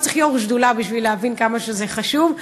לא צריך להיות יו"ר שדולה בשביל להבין כמה זה חשוב.